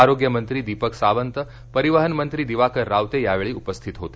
आरोग्यमंत्री दीपक सावंत परिवहनमंत्री दिवाकर रावते यावेळी उपस्थित होते